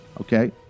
Okay